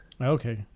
Okay